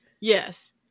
Yes